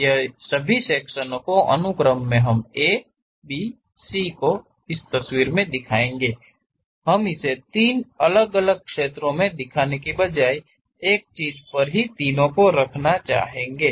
ये सभी सेक्शन को अनुक्रम मे हम A B C को इसी एक तस्वीर मे दिखाएंगे हम इसे तीन अलग अलग चित्रों मे दिखाने के बजाय एक चीज़ पर ही तीनों को रखना चाहेंगे